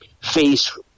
face